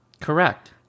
Correct